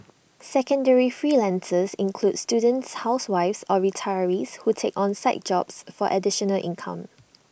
secondary freelancers include students housewives or retirees who take on side jobs for additional income